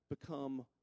become